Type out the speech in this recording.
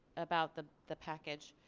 about the the package.